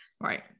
right